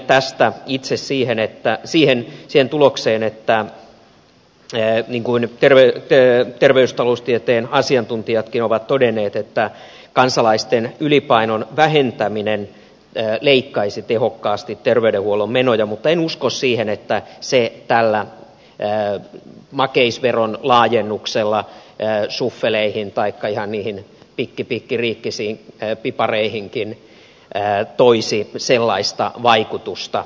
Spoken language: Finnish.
tulen itse siihen tulokseen niin kuin terveystaloustieteen asiantuntijatkin ovat todenneet että kansalaisten ylipainon vähentäminen leikkaisi tehokkaasti terveydenhuollon menoja mutta en usko siihen että se tällä makeisveron laajennuksella suffeleihin tai ihan niihin pikkipikkiriikkisiin pipareihinkin toisi sellaista vaikutusta